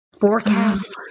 Forecast